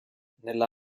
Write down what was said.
nella